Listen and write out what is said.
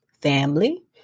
family